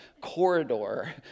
corridor